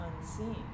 unseen